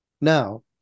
Now